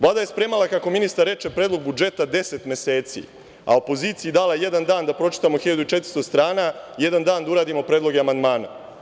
Vlada je spremala, kako ministar reče, predlog budžeta 10 meseci, a opoziciji dala jedan dan da pročitamo 1400 strana, jedan dan da uradimo predloge amandmana.